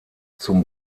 zum